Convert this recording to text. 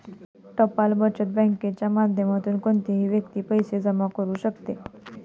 टपाल बचत बँकेच्या माध्यमातून कोणतीही व्यक्ती पैसे जमा करू शकते